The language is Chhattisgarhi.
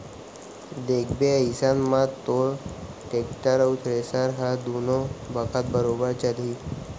देखबे अइसन म तोर टेक्टर अउ थेरेसर ह दुनों बखत बरोबर चलही